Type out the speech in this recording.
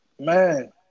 Man